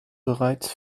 bereits